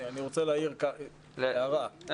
אני